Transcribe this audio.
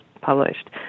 published